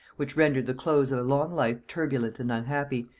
which rendered the close of a long life turbulent and unhappy,